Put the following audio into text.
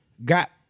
got